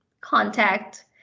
contact